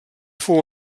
fou